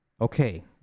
okay